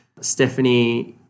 Stephanie